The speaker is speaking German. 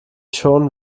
schon